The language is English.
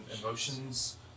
Emotions